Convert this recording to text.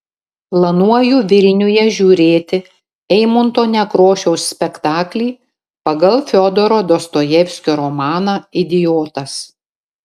planuoju vilniuje žiūrėti eimunto nekrošiaus spektaklį pagal fiodoro dostojevskio romaną idiotas